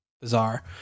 bizarre